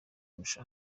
kurusha